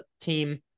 team